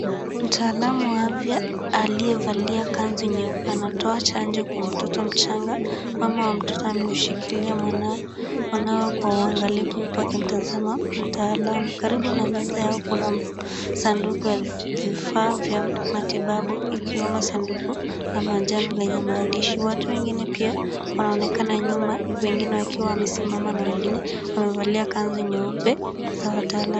Mtaalamu wa afya aliyevalia kanzu nyeupe anatoa chanjo kwa mtoto mchanga, mama wa mtoto amemshikilia mwanawe kwa uangalifu huku akimtazama mtaalamu. Karibu na meza yao kuna sanduku ya vifaa vya matibabu ikiwemo sanduku la manjano lenye maandishi. Watu wengine pia wanaonekana nyuma, wengine wakiwa wamesimama na wengine wamevalia kanzu nyeupe za wataalamu.